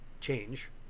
change